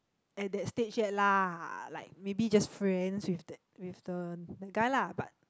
at that stage yet lah like maybe just friends with that with the the guy lah but